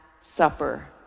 supper